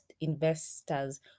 investors